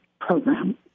program